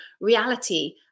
reality